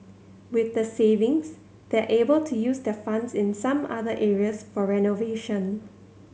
with the savings they're able to use their funds in some other areas for renovation